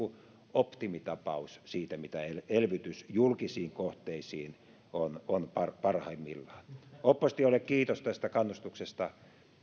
optimitapaus siitä mitä elvytys julkisiin kohteisiin on on parhaimmillaan oppositiolle kiitos tästä kannustuksesta